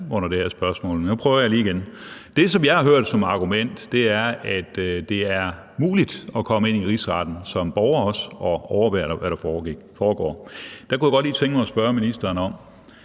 under det her spørgsmål, men nu prøver jeg lige igen. Det, som jeg har hørt som argument, er, at det er muligt at komme ind i Rigsretten som borger og overvære, hvad der foregår. Der kunne jeg godt lige tænke mig at spørge ministeren: